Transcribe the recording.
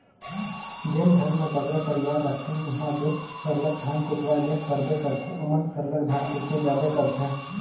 जेन घर में बगरा परिवार रहथें उहां दो सरलग धान कुटवाए ले परबे करथे ओमन सरलग धनकुट्टी जाबे करथे